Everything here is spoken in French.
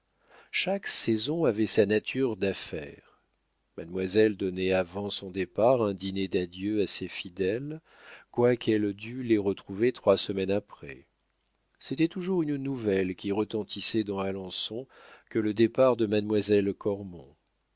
chaque saison avait sa nature d'affaires mademoiselle donnait avant son départ un dîner d'adieu à ses fidèles quoiqu'elle dût les retrouver trois semaines après c'était toujours une nouvelle qui retentissait dans alençon que le départ de mademoiselle